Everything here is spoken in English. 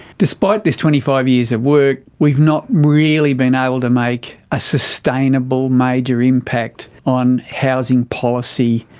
despite this twenty five years of work we've not really been able to make a sustainable major impact on housing policy,